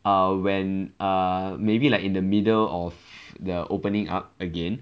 err when err maybe like in the middle of the opening up again